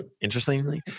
Interestingly